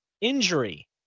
injury